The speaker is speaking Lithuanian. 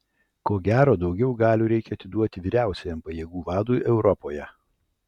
ko gero daugiau galių reikia atiduoti vyriausiajam pajėgų vadui europoje